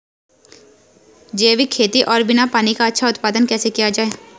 जैविक खेती और बिना पानी का अच्छा उत्पादन कैसे किया जाए?